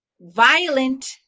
violent